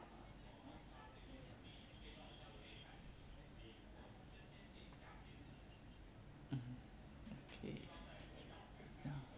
mmhmm okay ya